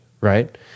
right